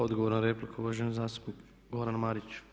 Odgovor na repliku, uvaženi zastupnik Goran Marić.